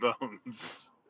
bones